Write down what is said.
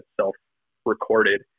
self-recorded